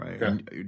right